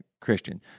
Christian